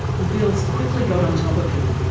the bills quickly got on top of him.